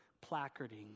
placarding